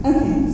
Okay